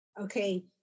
Okay